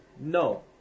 No